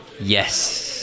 Yes